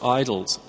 idols